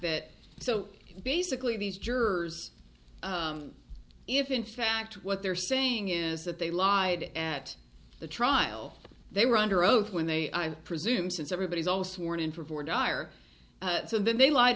that so basically these jurors if in fact what they're saying is that they lied at the trial they were under oath when they i presume since everybody's all sworn in for for dire then they lied